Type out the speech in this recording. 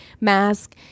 mask